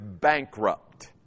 bankrupt